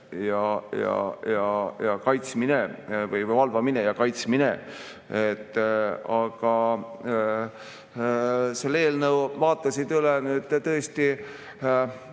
ja kaitsmine" või ka "valvamine ja kaitsmine". Aga selle eelnõu vaatasid üle nüüd tõesti,